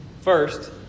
First